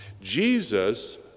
Jesus